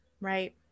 right